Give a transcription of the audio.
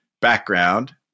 background